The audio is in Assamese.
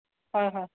হয় হয়